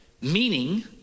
meaning